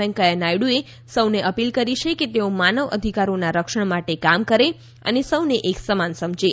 વૈંકેયા નાયડુએ સૌને અપીલ કરી છે કે તેઓ માનવ અધિકારોના રક્ષણ માટે કામ કરે અને સૌને એક સમાન સમજે